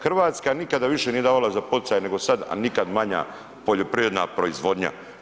Hrvatska nikada više nije davala za poticaje nego sada, a nikad manja poljoprivredna proizvodnja.